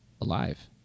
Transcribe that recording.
alive